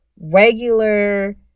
regular